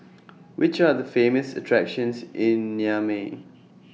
Which Are The Famous attractions in Niamey